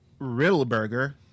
Riddleberger